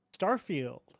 Starfield